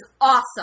awesome